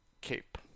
cape